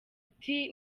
ati